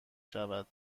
شود